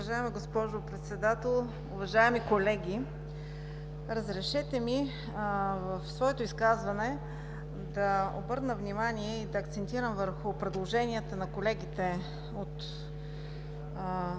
Уважаема госпожо Председател, уважаеми колеги! Разрешете ми в своето изказване да обърна внимание и да акцентирам върху предложенията в Законопроектите